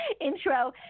intro